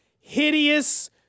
hideous